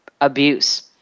abuse